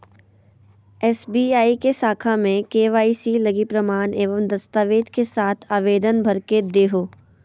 SBI के शाखा में के.वाई.सी लगी प्रमाण एवं दस्तावेज़ के साथ आवेदन भर के देहो